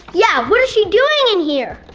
yeah, what is she doing in here?